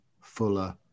Fuller